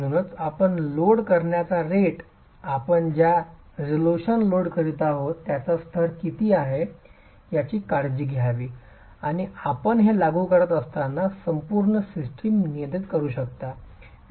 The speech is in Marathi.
म्हणूनच आपण लोड करण्याच्या रेट आपण ज्या रेझोल्यूशनवर लोड करीत आहोत त्याचा स्तर किती आहे याची काळजी घ्यावी आणि आपण हे लागू करत असताना संपूर्ण सिस्टम नियंत्रित करू शकता